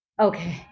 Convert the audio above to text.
Okay